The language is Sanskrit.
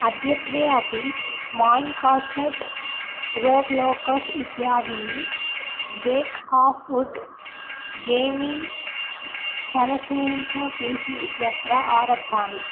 अद्यत्वे अपि मैन् कार्फ़ेट् रोप्लोकस् इत्यादीनि बेक् हाफ़् वुट् गेमिङ्ग् शनैः शयञ्च पी सी इत्यत्र आरब्धानि